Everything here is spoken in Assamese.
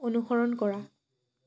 অনুসৰণ কৰা